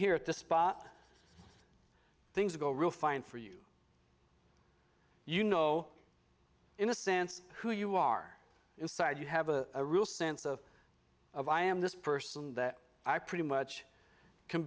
here at the spot things go real fine for you you know in a sense who you are inside you have a real sense of of i am this person that i pretty much can